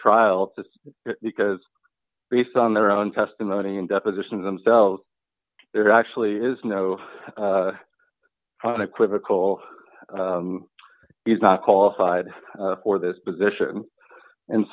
trial because based on their own testimony and depositions themselves there actually is no unequivocal he's not qualified for this position and